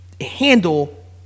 handle